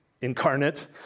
incarnate